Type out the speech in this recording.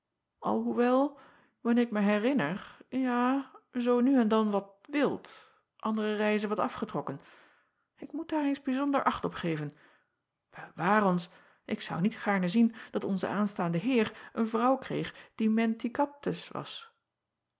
alhoewel wanneer ik mij herinner ja zoo nu en dan wat wild andere reizen wat afgetrokken ik moet daar eens bijzonder acht op geven ewaar ons ik zou niet gaarne zien dat onze aanstaande eer een vrouw kreeg die menticaptus was